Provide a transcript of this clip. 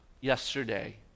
yesterday